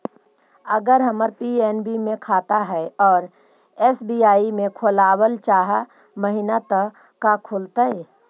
अगर हमर पी.एन.बी मे खाता है और एस.बी.आई में खोलाबल चाह महिना त का खुलतै?